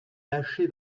lâché